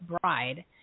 bride